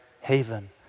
haven